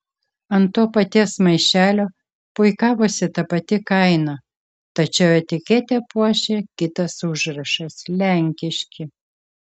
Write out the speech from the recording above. ant to paties maišelio puikavosi ta pati kaina tačiau etiketę puošė kitas užrašas lenkiški